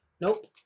Nope